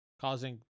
causing